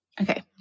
Okay